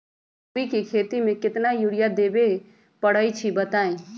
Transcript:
कोबी के खेती मे केतना यूरिया देबे परईछी बताई?